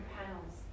panels